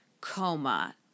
coma